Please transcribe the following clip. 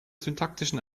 syntaktischen